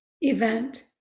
event